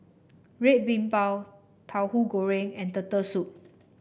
Red Bean Bao Tahu Goreng and Turtle Soup